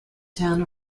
town